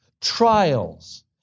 trials